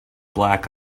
black